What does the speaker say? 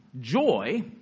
Joy